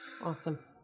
Awesome